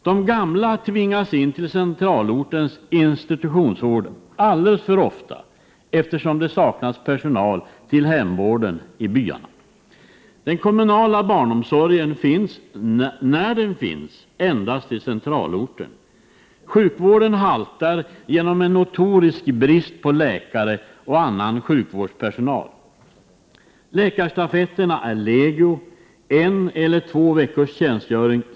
De gamla tvingas alldeles för ofta in till centralortens institutionsvård, eftersom det saknas personal till hemvården i byarna. Den kommunala barnomsorgen finns — om det nu finns någon sådan — endast i centralorten. Sjukvården ”haltar” på grund av notorisk brist på läkare och annan sjukvårdspersonal. Läkarstafetterna är legio. Läkarna har en eller två veckors tjänstgöring.